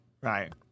right